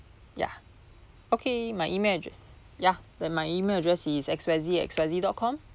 ya okay my email address ya then my email address is X Y Z X Y Z dot com